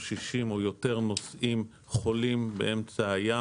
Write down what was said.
או 60 נוסעים חולים באמצע הים,